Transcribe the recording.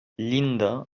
llinda